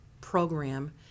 program